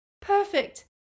Perfect